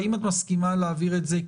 האם את מסכימה להעביר את זה,